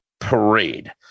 parade